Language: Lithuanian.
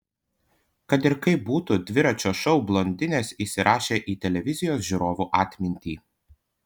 kad ir kaip būtų dviračio šou blondinės įsirašė į televizijos žiūrovų atmintį